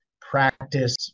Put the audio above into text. practice